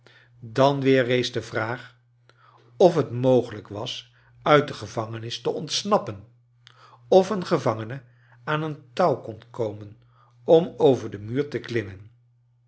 dan weer rees de vraag of het mogelijk was uit de gevangenis te ontsnappen of een gevangene aan een touw kon komen om over den rnuur te klimmen